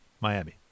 Miami